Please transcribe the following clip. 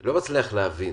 לא מצליח להבין